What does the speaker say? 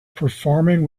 performing